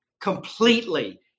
completely